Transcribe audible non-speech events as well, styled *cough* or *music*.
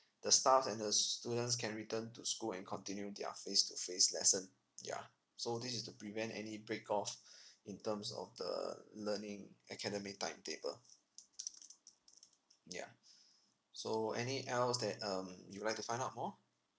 the staffs and the students can return to school and continue their face to face lesson yeah so this is to prevent any break off *breath* in terms of the learning academic timetable mm yeah *breath* so any else that um you'd like to find out more